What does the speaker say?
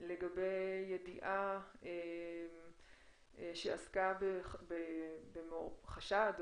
לגבי ידיעה שעסקה בחשד,